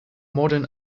modern